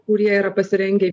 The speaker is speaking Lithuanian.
kurie yra pasirengę